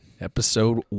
Episode